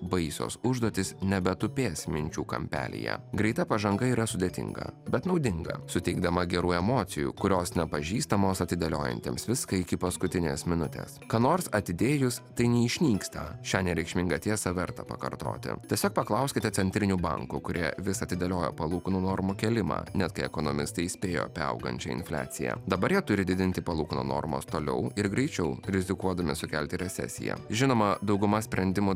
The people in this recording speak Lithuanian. baisios užduotys nebe tupės minčių kampelyje greita pažanga yra sudėtinga bet naudinga suteikdama gerų emocijų kurios nepažįstamos atidėliojantiems viską iki paskutinės minutės ką nors atidėjus tai neišnyksta šią nereikšmingą tiesą verta pakartoti tiesiog paklauskite centrinių bankų kurie vis atidėlioja palūkanų normų kėlimą net kai ekonomistai įspėjo apie augančią infliaciją dabar jie turi didinti palūkanų normos toliau ir greičiau rizikuodami sukelti recesiją žinoma dauguma sprendimų